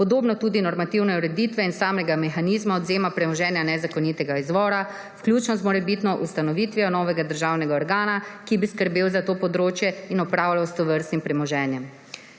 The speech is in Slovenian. Podobno tudi normativne ureditve in samega mehanizma odvzema premoženja nezakonitega izvora, vključno z morebitno ustanovitvijo novega državnega organa, ki bi skrbel za to področje in upravljal s tovrstnim premoženjem.